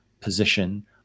position